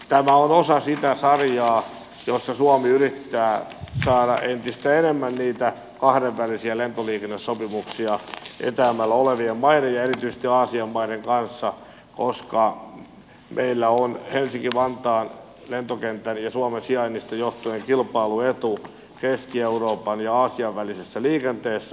tämä on osa sitä sarjaa jossa suomi yrittää saada entistä enemmän niitä kahdenvälisiä lentoliikennesopimuksia etäämmällä olevien maiden ja erityisesti aasian maiden kanssa koska meillä on helsinki vantaan lentokentän ja suomen sijainnista johtuen kilpailuetu keski euroopan ja aasian välisessä liikenteessä